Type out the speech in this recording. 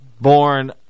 born